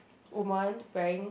woman wearing